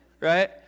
Right